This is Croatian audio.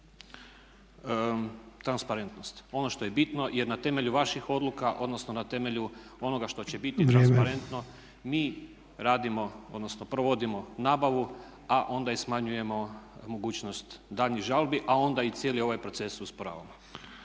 transparentnost. Ono što je bitno, jer na temelju vaših odluka, odnosno na temelju onoga što će biti transparentno … …/Upadica Sanader: Vrijeme./… … mi radimo odnosno provodimo nabavu, a onda i smanjujemo mogućnost daljnjih žalbi, a onda i cijeli ovaj proces usporavamo.